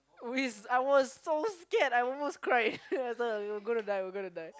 we I was so scared I almost cried I thought that we were gonna die we're gonna die